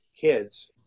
kids